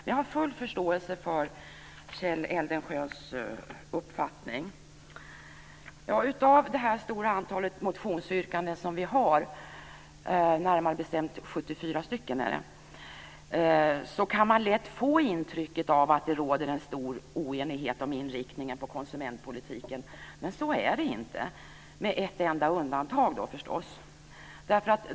Jag har full förståelse för Kjell Eldensjös uppfattning. Av det stora antal motionsyrkanden som vi har, närmare bestämt 74 stycken, kan man lätt få intrycket att det råder en stor oenighet om inriktningen på konsumentpolitiken. Så är det inte - med ett enda undantag förstås.